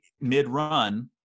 mid-run